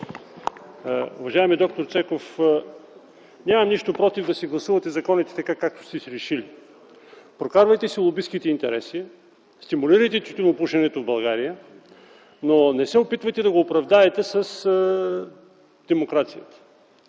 Уважаеми д-р Цеков, нямам нищо против да си гласувате така, както сте си решили. Прокарвайте си лобистките интереси. Стимулирайте тютюнопушенето в България, но не се опитвайте да го оправдаете с демокрацията.